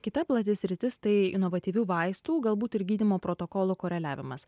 kita plati sritis tai inovatyvių vaistų galbūt ir gydymo protokolų koreliavimas